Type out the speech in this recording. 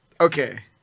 okay